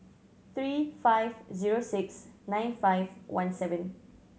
three five zero six nine five one seven